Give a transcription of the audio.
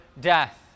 death